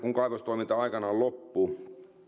kun kaivostoiminta aikanaan loppuu